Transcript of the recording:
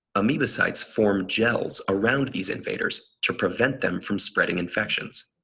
amebocytes form gels around these invaders to prevent them from spreading infections.